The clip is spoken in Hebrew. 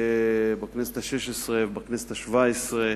בכנסת השש-עשרה ובכנסת השבע-עשרה,